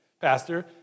Pastor